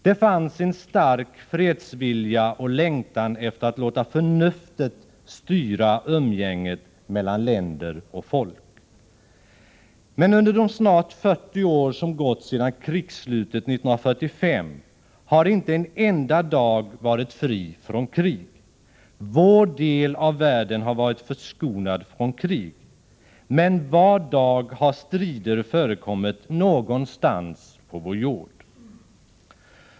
Det fanns en stark fredsvilja och längtan efter att låta förnuftet styra umgänget mellan länder och folk. Men under de snart 40 år som gått sedan krigsslutet 1945 har inte en enda dag varit fri från krig. Vår del av världen har varit förskonad från krig, men var dag har strider förekommit någonstans på vår jord.